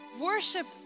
worship